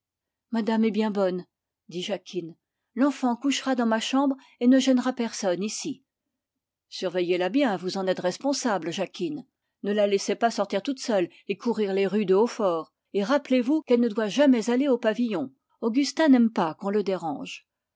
madame est bien bonne dit jacquine l'enfant couchera dans ma chambre et ne gênera personne ici surveillez la bien vous en êtes responsable jacquine ne la laissez pas sortir toute seule et courir dans les rues de hautfort et rappelez-vous qu'elle ne doit jamais aller au pavillon augustin n'aime pas qu'on le dérange